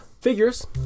figures